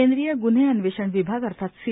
केंद्रीय ग्न्हे अन्वेषण विभाग अर्थात सी